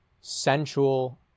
sensual